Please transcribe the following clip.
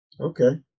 Okay